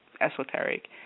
esoteric